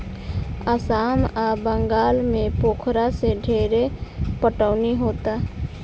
आसाम आ बंगाल में पोखरा से ढेरे पटवनी होता